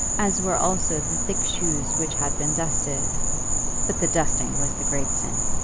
as were also the thick shoes which had been dusted but the dusting was the great sin.